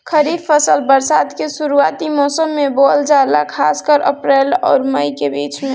खरीफ फसल बरसात के शुरूआती मौसम में बोवल जाला खासकर अप्रैल आउर मई के बीच में